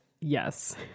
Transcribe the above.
yes